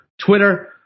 Twitter